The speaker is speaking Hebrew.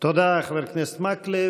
תודה, חבר הכנסת מקלב.